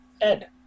Ed